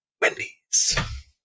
wendy's